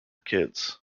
kids